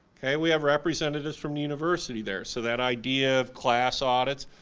we have representatives from the university there so that idea of class audits,